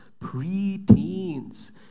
preteens